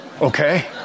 okay